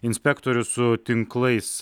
inspektorius su tinklais